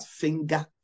finger